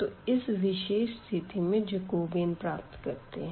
तो इस विशेष स्थिति में जैकोबीयन प्राप्त करते है